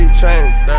chains